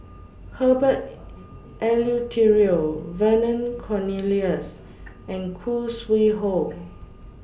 Herbert Eleuterio Vernon Cornelius and Khoo Sui Hoe